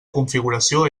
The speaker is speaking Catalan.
configuració